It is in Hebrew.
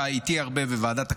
אתה איתי הרבה בוועדת הכספים.